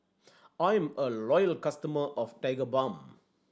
I'm a loyal customer of Tigerbalm